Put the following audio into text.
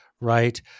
right